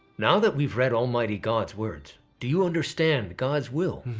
now that we've read almighty god's words, do you understand god's will?